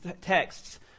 texts